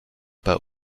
but